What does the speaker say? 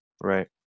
Right